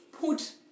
put